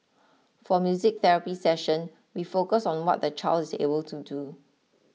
for music therapy session we focus on what the child is able to do